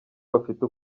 bafite